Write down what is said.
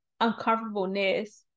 uncomfortableness